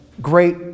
great